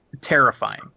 terrifying